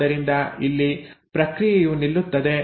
ಆದ್ದರಿಂದ ಇಲ್ಲಿ ಪ್ರಕ್ರಿಯೆಯು ನಿಲ್ಲುತ್ತದೆ